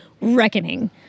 reckoning